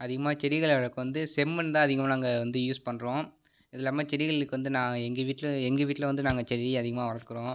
அதிகமாக செடிகளை வளர்க்க வந்து செம்மண் தான் அதிகமாக நாங்க வந்து யூஸ் பண்ணுறோம் இது இல்லாமல் செடிகளுக்கு வந்து நான் எங்கள் வீட்டில் எங்கள் வீட்டில் வந்து நாங்கள் செடி அதிகமாக வளக்கிறோம்